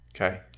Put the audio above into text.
Okay